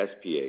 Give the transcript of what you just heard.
SPA